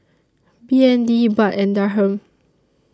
B N D Baht and Dirham